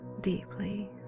deeply